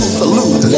salute